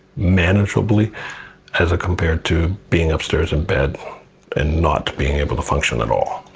manageably as compared to being upstairs in bed and not being able to function at all,